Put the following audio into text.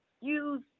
use